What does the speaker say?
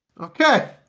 okay